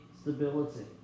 stability